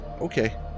Okay